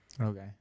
Okay